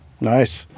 Nice